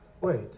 Wait